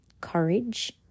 Courage